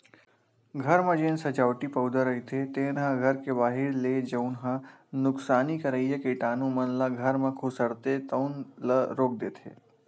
घर म जेन सजावटी पउधा रहिथे तेन ह घर के बाहिर ले जउन ह नुकसानी करइया कीटानु मन ल घर म खुसरथे तउन ल रोक देथे